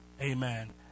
Amen